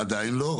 עדיין לא.